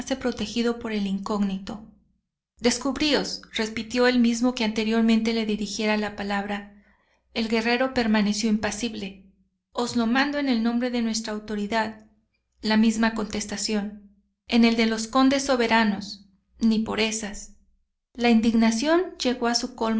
protegido por el incógnito descubríos repitió el mismo que anteriormente le dirigiera la palabra el guerrero permaneció impasible os lo mando en el nombre de nuestra autoridad la misma contestación en el de los condes soberanos ni por esas la indignación llegó a su